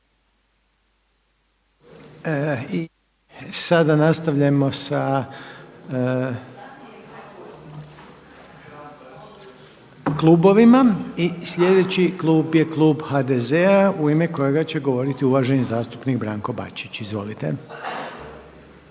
I sada nastavljamo sa klubovima. I slijedeći klub je klub HDZ-a u ime kojega će govoriti uvaženi zastupnik Branko Bačić. Izvolite.